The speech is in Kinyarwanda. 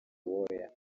uwoya